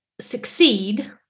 succeed